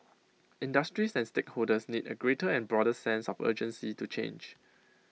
industries and stakeholders need A greater and broader sense of urgency to change